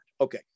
Okay